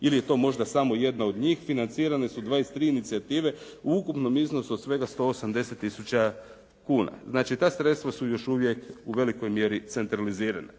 ili je to možda samo jedna od njih, financirane su 23 inicijative u ukupnom iznosu od svega 180 tisuća kuna. Znači ta sredstva su još uvijek u velikoj mjeri centralizirana.